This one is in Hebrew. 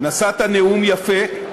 נשאת נאום יפה,